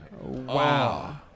Wow